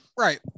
Right